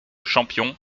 champion